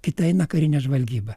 kita eina karinė žvalgyba